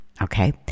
Okay